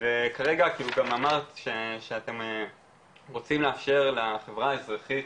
וכרגע גם אמרת שאתם רוצים לאפשר לחברה האזרחית